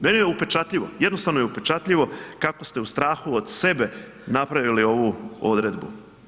Meni je upečatljivo, jednostavno je upečatljivo kako ste u strahu od sebe napravili ovu odredbu.